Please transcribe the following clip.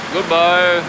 Goodbye